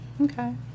Okay